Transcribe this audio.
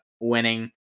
winning